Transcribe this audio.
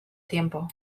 tiempo